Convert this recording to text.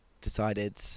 decided